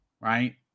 Right